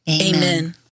Amen